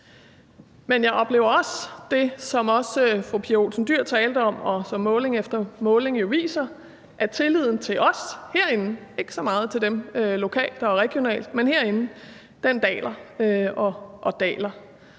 Men jeg oplever også det, som fru Pia Olsen Dyhr talte om, og som måling efter måling jo viser, nemlig at tilliden til os herinde – ikke så meget til dem lokalt og regionalt – daler og daler.